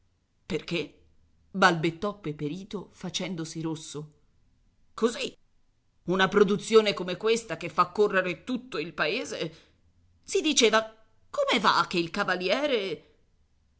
d'onore perché balbettò peperito facendosi rosso così una produzione come questa che fa correre tutto il paese si diceva come va che il cavaliere